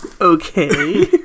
Okay